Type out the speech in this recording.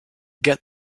get